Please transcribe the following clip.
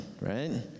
right